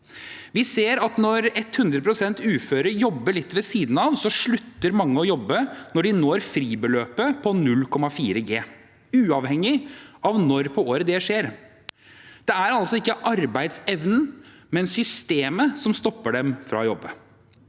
Vi ser at når 100 pst. uføre jobber litt ved siden av, slutter mange å jobbe når de når fribeløpet på 0,4 G, uavhengig av når på året det skjer. Det er altså ikke arbeidsevnen, men systemet som stopper dem fra å jobbe.